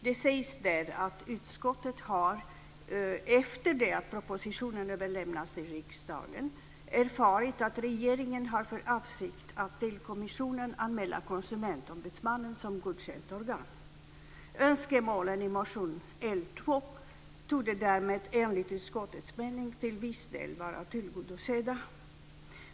Det sägs att utskottet har, efter det att propositionen överlämnats till riksdagen, erfarit att regeringen har för avsikt att till kommissionen anmäla Konsumentombudsmannen som godkänt organ. Önskemålen i motion L2 torde därmed enligt utskottets mening till viss del vara tillgodosedda.